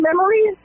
memories